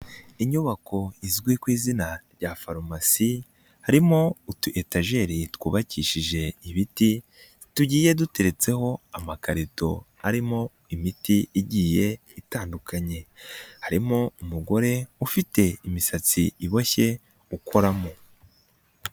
Inyubako izwi ku izina rya farumasi harimo utu etajeri twubakishije ibiti, tugiye duteretseho amakarito arimo imiti igiye itandukanye, harimo umugore ufite imisatsi iboshye ukoramo.